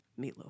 Meatloaf